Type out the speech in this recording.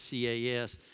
CAS